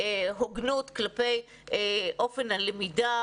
ובהוגנות כלפי אופן הלמידה.